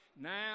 Now